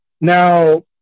Now